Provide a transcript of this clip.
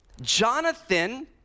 Jonathan